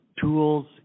tools